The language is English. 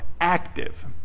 active